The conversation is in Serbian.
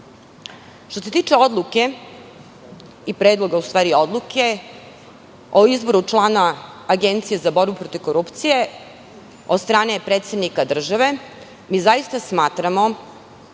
se tiče odluke i predloga odluke o izboru člana Agencije za borbu protiv korupcije od strane predsednika države, mi zaista smatramo